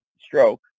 stroke